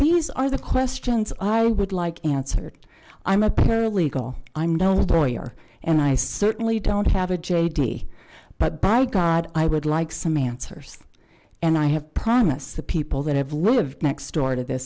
these are the questions i would like answered i'm a paralegal i'm no lawyer and i certainly don't have a jd but by god i would like some answers and i have promised the people that have lived next door to th